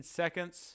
seconds